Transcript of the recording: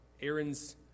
Aaron's